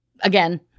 Again